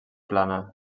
plana